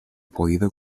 podido